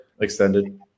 extended